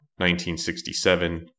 1967